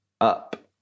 Up